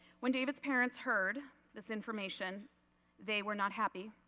when david's parents heard this information they were not happy.